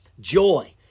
joy